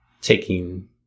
taking